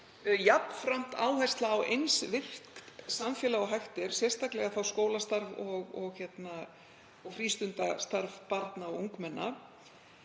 Jafnframt er áhersla á eins virkt samfélag og hægt er, sérstaklega þá skólastarf og frístundastarf barna og ungmenna.